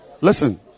listen